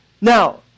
Now